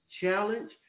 challenge